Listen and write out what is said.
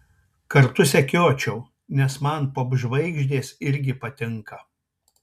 kartu sekiočiau nes man popžvaigždės irgi patinka